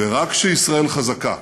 ורק כשישראל חזקה